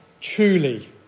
truly